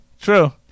true